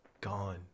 Gone